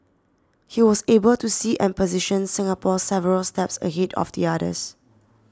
he was able to see and position Singapore several steps ahead of the others